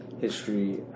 history